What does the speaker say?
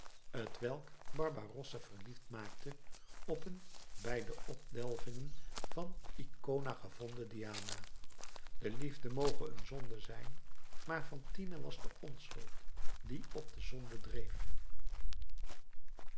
t welk barbarossa verliefd maakte op een bij de opdelvingen van icona gevonden diana de liefde moge een zonde zijn maar fantine was de onschuld die op de zonde dreef